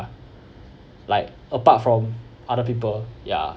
like apart from other people ya